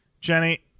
Jenny